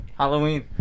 Halloween